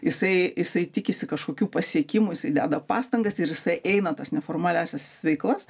jisai jisai tikisi kažkokių pasiekimų jisai deda pastangas ir jisai eina tas neformaliąsias veiklas